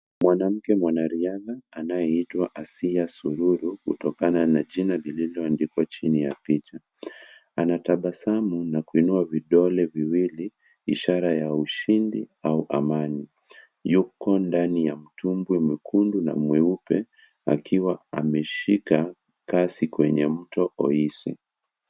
Mwanamke mwanariadha anayeitwa Asiya Sururu kutokana na jina lililoandikwa chini ya picha. Anatabasamu na kuinua vidole viwili ishara ya ushindi au amani. Yuko ndani ya mtumbwi mwekundu na mweupe. Akiwa ameshika kasi kwenye mto Oise.